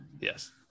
yes